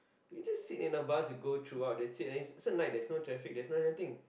you just sit in the bus and go throughout that's it it's at night there's no traffic there's no anything